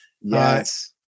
Yes